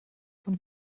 von